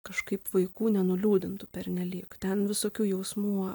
kažkaip vaikų nenuliūdintų pernelyg ten visokių jausmų